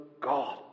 God